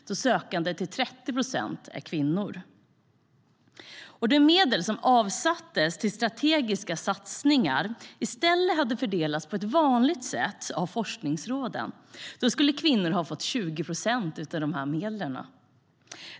Då är sökande 30 procent kvinnor. Om de medel som avsattes till strategiska satsningar i stället hade fördelats på ett vanligt sätt av forskningsråden skulle kvinnor ha fått 20 procent av medlen.